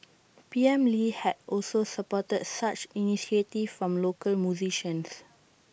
P M lee had also supported such initiatives from local musicians